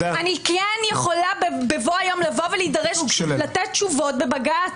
אני כן יכולה בבוא היום להידרש ולתת תשובות בבג"ץ.